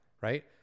Right